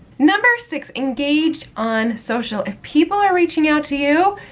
number six, engage on social. if people are reaching out to you,